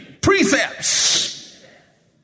Precepts